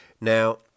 now